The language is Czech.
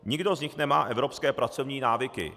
Nikdo z nich nemá evropské pracovní návyky.